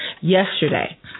yesterday